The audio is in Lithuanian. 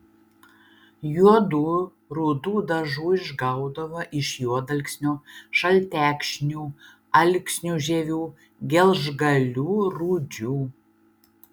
juodų rudų dažų išgaudavo iš juodalksnio šaltekšnių alksnių žievių gelžgalių rūdžių